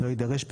לא יידרש,